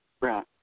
Right